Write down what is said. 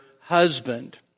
husband